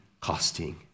Costing